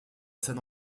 san